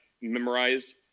memorized